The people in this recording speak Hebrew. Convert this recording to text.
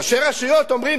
ראשי רשויות אומרים,